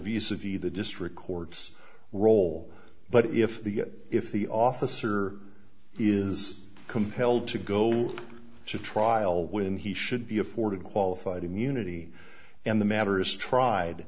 vsa v the district court's role but if the if the officer is compelled to go to trial when he should be afforded qualified immunity and the matter is tried